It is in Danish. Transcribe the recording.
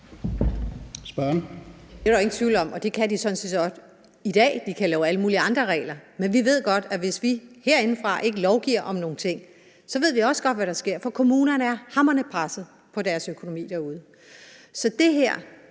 Det er der jo ingen tvivl om, og det kan de sådan set også i dag, de kan lave alle mulige andre regler. Men vi ved godt, at hvis vi herindefra ikke lovgiver om nogle ting, så ved vi også godt, hvad der sker, for kommunerne er hamrende pressede på deres økonomi derude. Så det her,